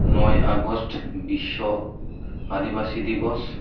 ᱱᱚᱭ ᱟᱜᱚᱥᱴ ᱵᱤᱥᱥᱚ ᱟᱫᱤᱵᱟᱥᱤ ᱫᱤᱵᱚᱥ